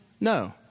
No